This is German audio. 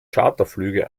charterflüge